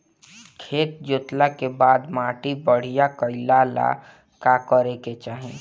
खेत जोतला के बाद माटी बढ़िया कइला ला का करे के चाही?